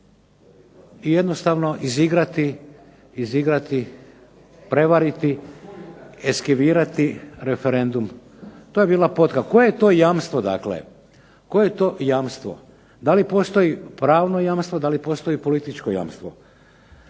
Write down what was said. i jednostavno izigrati, prevariti, eskivirati referendum? Koje je to jamstvo dakle? Da li postoji pravno jamstvo, da li postoji političko jamstvo?